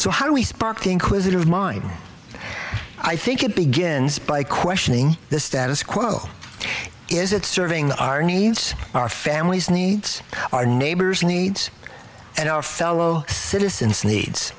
so how do we spark the inquisitive mind i think it begins by questioning the status quo is it serving our needs our family's needs our neighbors needs and our fellow citizens needs